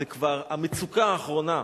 זו המצוקה האחרונה.